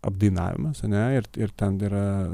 apdainavimas ane irt ir ten yra